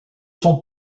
son